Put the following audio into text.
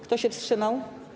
Kto się wstrzymał?